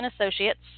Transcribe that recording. Associates